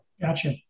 Gotcha